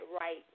Right